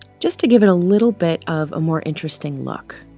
just to give it a little bit of a more interesting look